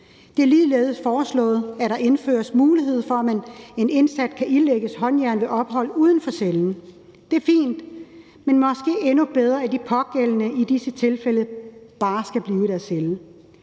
Det er ligeledes foreslået, at der indføres mulighed for, at en indsat kan ilægges håndjern ved ophold uden for cellen. Det er fint, men måske ville det være endnu bedre, hvis de pågældende i disse tilfælde bare skulle blive i deres celle.